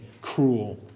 cruel